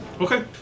Okay